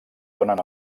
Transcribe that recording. donen